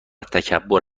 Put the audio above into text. تکبر